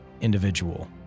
individual